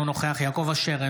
אינו נוכח יעקב אשר,